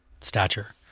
stature